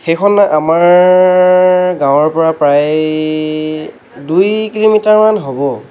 সেইখন আমাৰ গাঁৱৰ পৰা প্ৰায় দুই কিলোমিটাৰমান হ'ব